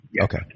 okay